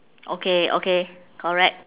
okay okay correct